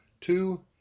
two